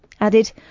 added